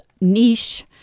niche